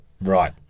Right